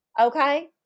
Okay